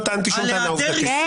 לא טענתי שום טענה עובדתית.